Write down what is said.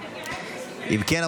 אם כן,